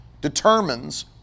determines